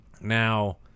Now